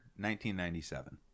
1997